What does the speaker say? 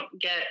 get